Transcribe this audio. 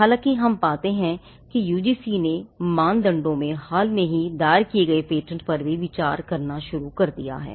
हालांकि अब हम पाते हैं कि यूजीसी के मानदंडों ने हाल ही में दायर किए गए पेटेंट पर विचार करना शुरू कर दिया है